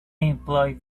employed